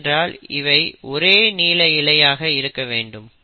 ஏனென்றால் இவை ஒரே நீள இழையாக இருக்க வேண்டும்